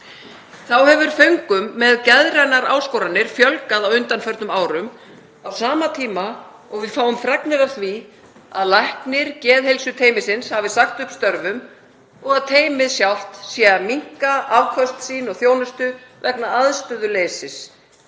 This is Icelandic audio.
Þá hefur föngum með geðrænar áskoranir fjölgað á undanförnum árum á sama tíma og við fáum fregnir af því að læknir geðheilsuteymisins hafi sagt upp störfum og að teymið sjálft sé að minnka afköst sín og þjónustu vegna aðstöðuleysis